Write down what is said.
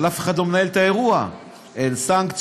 אבל אף אחד לא מנהל את האירוע: אין סנקציות,